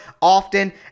often